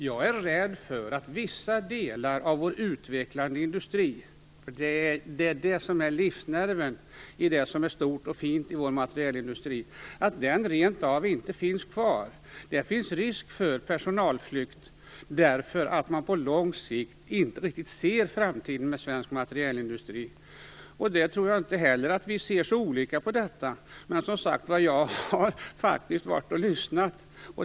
Jag är rädd för att vissa delar av vår utvecklande industri, livsnerven i det som är stort och fint i vår materielindustri, rentav inte kommer att finnas kvar. Det finns risk för personalflykt, beroende på att man på lång sikt inte riktigt ser framtiden för svensk materielindustri. Inte heller det tror jag att vi ser så olika på, men jag har, som sagt, varit och lyssnat.